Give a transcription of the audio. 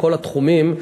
בכל התחומים,